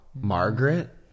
Margaret